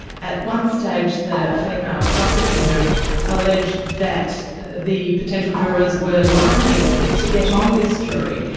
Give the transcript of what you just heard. at one stage the female prosecutor alleged that the potential jurors were lying to get on this jury,